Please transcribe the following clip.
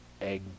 egg